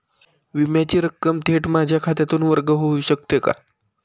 विम्याची रक्कम थेट माझ्या खात्यातून वर्ग होऊ शकते का?